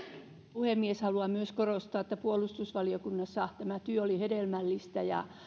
puhemies haluan myös korostaa että puolustusvaliokunnassa työ oli hedelmällistä ja